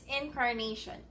incarnation